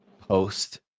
post